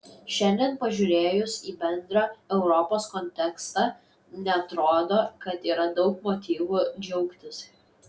šiandien pažiūrėjus į bendrą europos kontekstą neatrodo kad yra daug motyvų džiaugtis